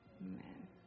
Amen